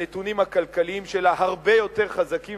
הנתונים הכלכליים שלה הרבה יותר חזקים